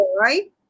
right